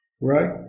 Right